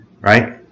right